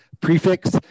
prefix